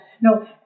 No